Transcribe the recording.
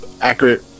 accurate